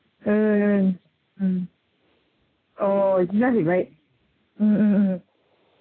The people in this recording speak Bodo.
ओं ओं अ बिदिनो जाहैबाय